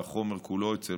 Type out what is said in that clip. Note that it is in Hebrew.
והחומר כולו בפרקליטות,